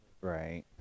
Right